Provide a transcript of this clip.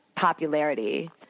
popularity